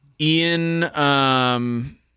Ian